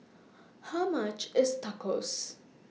How much IS Tacos